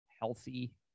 healthy